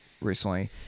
recently